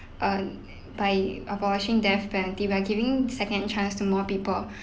um by abolishing death penalty by giving second chance to more people